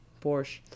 Porsche